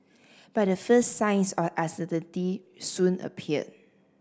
but the first signs of uncertainty soon appear